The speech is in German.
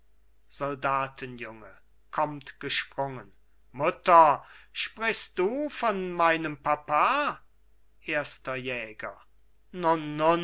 soldatenjunge kommt gesprungen mutter sprichst du von meinem papa erster jäger nun